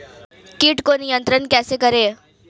कीट को नियंत्रण कैसे करें?